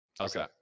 okay